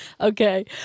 Okay